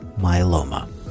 myeloma